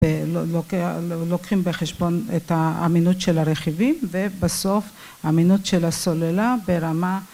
לוקחים בחשבון את האמינות של הרכיבים ובסוף אמינות של הסוללה ברמה